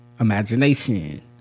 Imagination